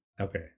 Okay